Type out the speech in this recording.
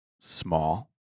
small